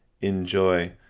enjoy